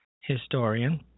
historian